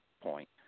point